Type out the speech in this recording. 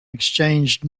exchanged